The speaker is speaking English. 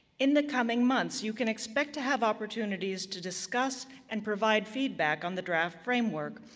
in the coming months, you can expect to have opportunities to discuss and provide feedback on the draft framework,